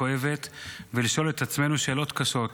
כואבת ולשאול את עצמנו שאלות קשות,